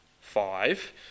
Five